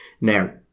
Now